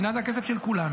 המדינה זה הכסף של כולנו.